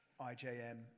IJM